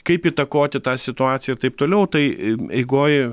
kaip įtakoti tą situaciją ir taip toliau tai eigoj